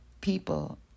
people